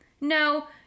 No